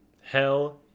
hell